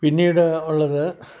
പിന്നീട് ഉള്ളത്